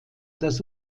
das